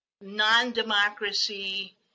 non-democracy